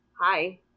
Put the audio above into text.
hi